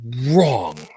wrong